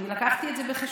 אני הבאתי את זה בחשבון.